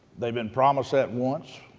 they've been promised that once,